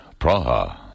Praha